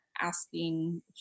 asking